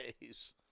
days